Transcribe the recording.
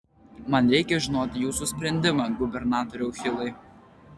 man reikia žinoti jūsų sprendimą gubernatoriau hilai